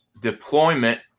deployment